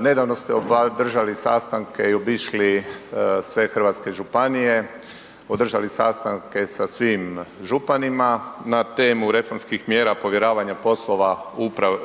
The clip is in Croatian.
Nedavno ste održali sastanke i obišli sve hrvatske županije, održali sastanke sa svim županima na temu reformskih mjera povjeravanja poslova